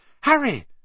Harry